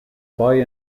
buy